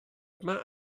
mae